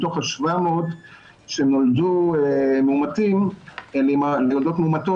מתוך ה-700 שנולדו ליולדות מאומתות,